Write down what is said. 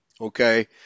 okay